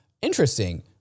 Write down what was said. Interesting